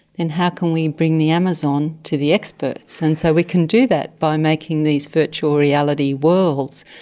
and how can we bring the amazon to the experts? and so we can do that by making these virtual reality worlds.